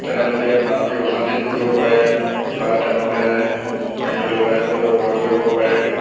তেনেলোকে মানসিক অশান্তিত ভুগিব পাৰে বা তেওঁলোকে বাহিৰলৈ ওলাই যাবলৈ ভয় কৰিব পাৰে